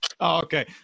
okay